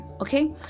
Okay